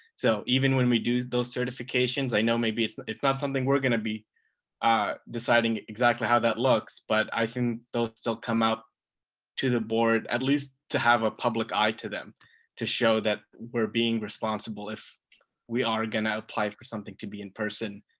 so even when we do those certifications, i know maybe it's it's not something we're going to be deciding exactly how that looks, but i think they'll they'll come out to the board at least to have a public eye to them to show that we're being responsible if we are going to apply for something to be in person,